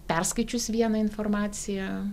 perskaičius vieną informaciją